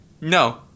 no